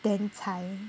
then 才